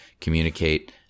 communicate